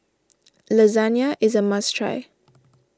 Lasagne is a must try